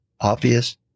obvious